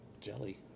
jelly